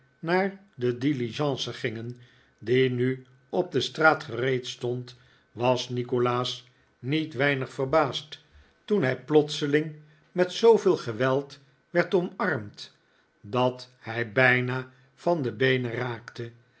naar de diligence gingen die nu op de straat gereed stond was nikolaas niet weinig verbaasd toen hij plotseling met zooveel geweld werd omarmd dat hij bijna van de beenen raakte